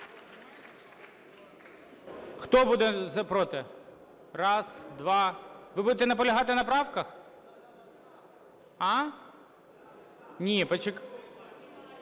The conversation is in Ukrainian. Хто буде проти? Раз, два… Ви будете наполягати на правках? Що Регламент?